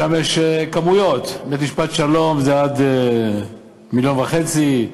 שם יש כמויות: בית-משפט שלום זה עד מיליון וחצי,